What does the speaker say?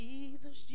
Jesus